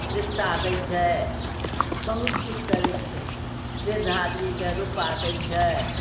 rickshaw दै छै बहुत किछु करै छै वृद्ध आदमीके रूपा दै छै